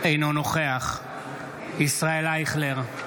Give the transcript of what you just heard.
אינו נוכח ישראל אייכלר,